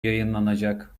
yayınlanacak